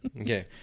Okay